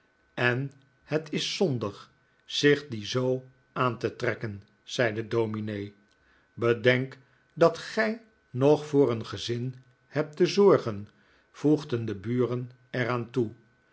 en het is zondig zich die zoo aan te trekken zei de dominee bedenk dat gij nog voor een gezin hebt te zorgen voegden de buren er aan toe